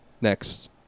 next